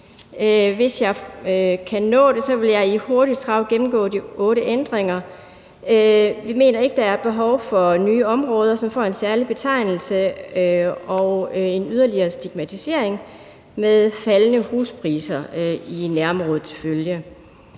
Hvis jeg kan nå det, vil jeg i hurtigt trav gennemgå de otte ændringer. Vi mener ikke, der er behov for nye områder, som får en særlig betegnelse og en yderligere stigmatisering med faldende huspriser i nærområdet til følge.